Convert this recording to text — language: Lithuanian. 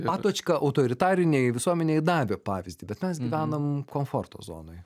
patočka autoritarinei visuomenei davė pavyzdį bet mes gyvenam komforto zonoj